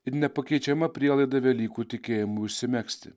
ir nepakeičiama prielaida velykų tikėjimui užsimegzti